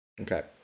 Okay